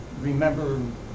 remember